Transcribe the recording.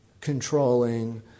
controlling